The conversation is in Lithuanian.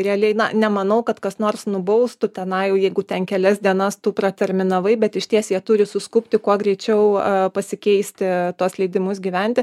realiai na nemanau kad kas nors nubaustų tenai jau jeigu ten kelias dienas tu praterminavai bet išties jie turi suskubti kuo greičiau a pasikeisti tuos leidimus gyventi